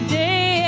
day